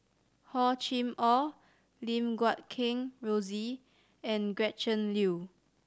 Hor Chim Or Lim Guat Kheng Rosie and Gretchen Liu